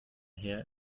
herr